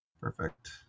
perfect